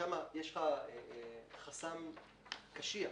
שם יש חסם קשיח